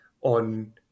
on